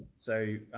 so,